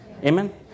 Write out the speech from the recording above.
amen